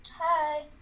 hi